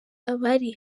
abari